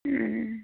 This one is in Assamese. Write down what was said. ও